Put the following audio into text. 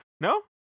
No